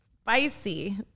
Spicy